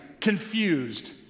Confused